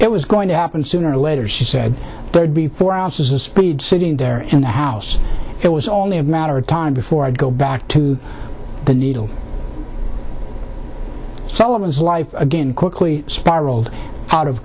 it was going to happen sooner or later she said there'd be four ounces of speed sitting there in the house it was only a matter of time before i'd go back to the needle sell it was life again quickly spiraled out of